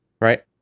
right